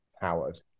Howard